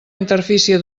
interfície